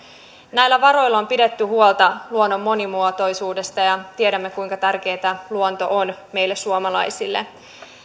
näillä varoilla on pidetty huolta luonnon monimuotoisuudesta ja tiedämme kuinka tärkeätä luonto on meille suomalaisille